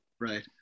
Right